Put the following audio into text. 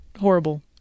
horrible